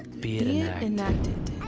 be it it enacted.